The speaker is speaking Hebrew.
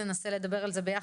ננסה לדבר על זה ביחד,